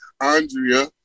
andrea